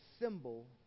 symbol